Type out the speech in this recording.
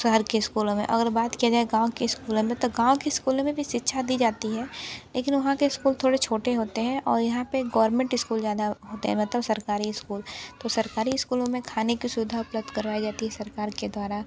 शहर के स्कूलों में अगर बात किया जाए गाँव के स्कूलों में तो गाँव के स्कूलों में भी शिक्षा दी जाती है लेकिन वहाँ के स्कूल थोड़े छोटे होते हैं और यहाँ पर गोवर्मेंट स्कूल ज़्यादा होते हैं मतलब सरकारी स्कूल तो सरकारी स्कूलों में खाने की सुविधा उपलब्ध करवाई जाती है सरकार के द्वारा